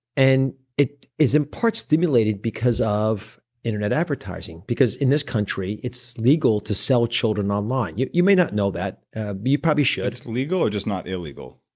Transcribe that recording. and it is in part stimulated because of internet advertising because in this country, it's legal to sell children online. you you may not know that, but ah you probably should. it's legal or just not illegal?